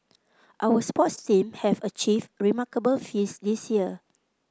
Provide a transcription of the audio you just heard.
our sports team have achieved remarkable feats this year